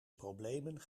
problemen